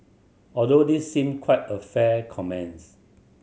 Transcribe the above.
although this seem quite a fair comments